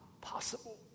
possible